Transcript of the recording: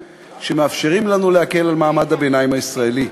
שמאפשרים לנו להקל על מעמד הביניים הישראלי.